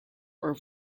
are